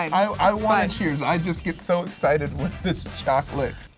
i want to cheers. i just get so excited with this chocolate.